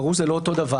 ברור שזה לא אותו דבר.